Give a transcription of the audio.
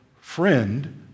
friend